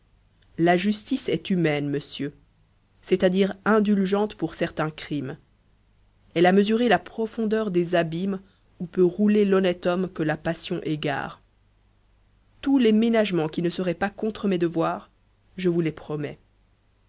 la justice est humaine monsieur c'est-à-dire indulgente pour certains crimes elle a mesuré la profondeur des abîmes où peut rouler l'honnête homme que la passion égare tous les ménagements qui ne seraient pas contre mes devoirs je vous les promets